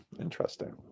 interesting